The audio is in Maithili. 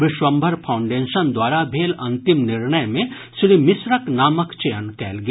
विश्वम्भर फाउंडेशन द्वारा भेल अंतिम निर्णय मे श्री मिश्रक नामक चयन कयल गेल